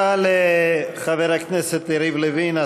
תודה לחבר הכנסת יריב לוין.